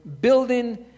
building